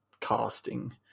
casting